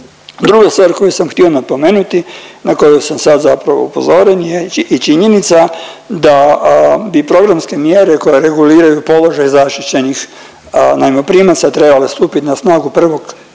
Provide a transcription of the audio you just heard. Druga stvar koju sam htio napomenuti, na koju sam sad zapravo upozoren je i činjenica da i programske mjere koje reguliraju položaj zaštićenih najmoprimaca trebale stupiti na snagu 1.